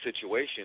situation